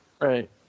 Right